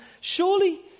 surely